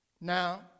Now